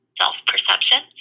self-perception